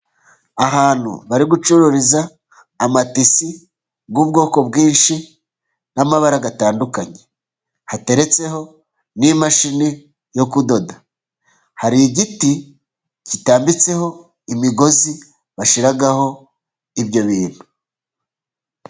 Ahantu bari gucururiza amatisi y'ubwoko bwinshi n'amabara atandukanye, hateretseho n'imashini yo kudoda, hari igiti gitambitseho imigozi bashyiraho ibyo bintu.